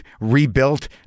rebuilt